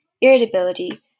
irritability